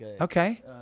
okay